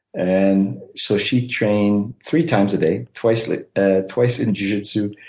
and so she trained three times a day, twice like ah twice in jiu-jitsu,